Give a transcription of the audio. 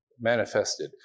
Manifested